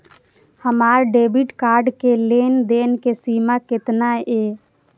हमार debit card के लेन देन के सीमा केतना ये?